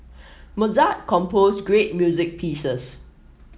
Mozart composed great music pieces